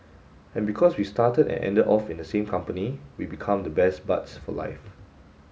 and because we started and ended off in the same company we become the best buds for life